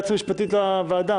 היועצת המשפטית לוועדה,